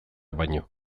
baino